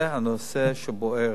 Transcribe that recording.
זה הנושא שבוער.